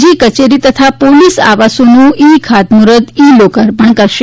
જી કચેરી તથા પોલીસ આવાસનું ઈ ખાતમૂહૂર્ત ઈ લોકાર્પણ કરશે